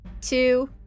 two